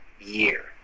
year